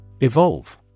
Evolve